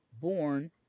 born